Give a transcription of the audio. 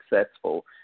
successful